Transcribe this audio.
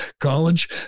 college